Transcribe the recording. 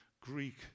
Greek